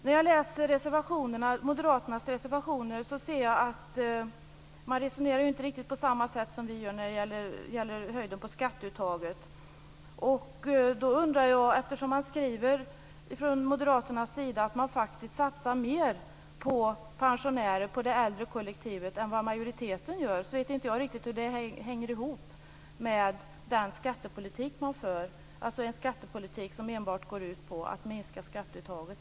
När jag läser Moderaternas reservationer ser jag att de inte resonerar på riktigt samma sätt som vi gör när det gäller nivån på skatteuttaget. Moderaterna skriver att de faktiskt satsar mer på pensionärer, på det äldre kollektivet, än vad majoriteten gör. Jag vet inte riktigt hur det hänger ihop med den skattepolitik som de för, alltså en skattepolitik som enbart går ut på att minska skatteuttaget.